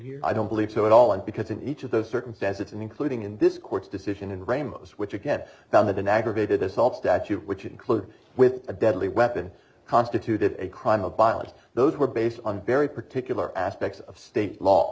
here i don't believe so at all and because in each of those circumstances including in this court's decision and ramos which again found that an aggravated assault statute which included with a deadly weapon constituted a crime of biology those were based on very particular aspects of state law